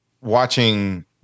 watching